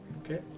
Okay